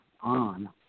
on